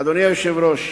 אדוני היושב-ראש,